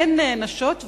נשים אלה נענשות,